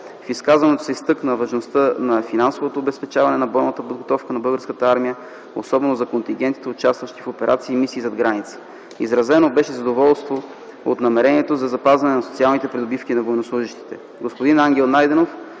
В изказването му се изтъкна важността на финансовото обезпечаване на бойната подготовка на българската армия, особено за контингентите, участващи в операции и мисии зад граница. Изразено беше задоволство от намерението за запазване на социалните придобивки на военнослужещите.